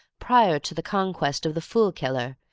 prior to the conquest of the fool-killer,